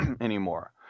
anymore